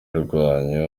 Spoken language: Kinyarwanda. rwanyu